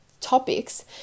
topics